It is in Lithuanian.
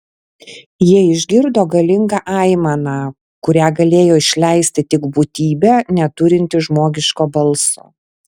jie išgirdo galingą aimaną kurią galėjo išleisti tik būtybė neturinti žmogiško balso